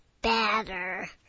better